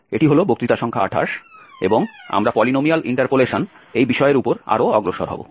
এটি হল বক্তৃতা সংখ্যা 28 এবং আমরা পলিনোমিয়াল ইন্টারপোলেশন এই বিষয়ের উপর আরও অগ্রসর হবো